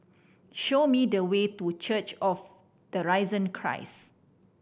show me the way to Church of the Risen Christ